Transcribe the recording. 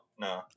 no